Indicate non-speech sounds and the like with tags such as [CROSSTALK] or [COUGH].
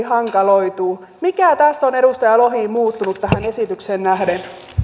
[UNINTELLIGIBLE] hankaloituu mikä tässä on edustaja lohi muuttunut tähän esitykseen nähden